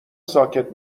ساکت